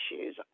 issues